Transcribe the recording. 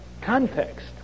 context